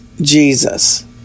Jesus